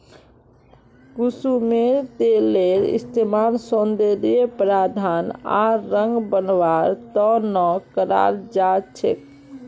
कुसुमेर तेलेर इस्तमाल सौंदर्य प्रसाधन आर रंग बनव्वार त न कराल जा छेक